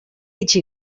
itxi